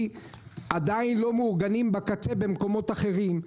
כי עדיין לא מאורגנים בקצה במקומות אחרים.